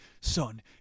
Son